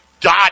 dot